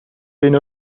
بین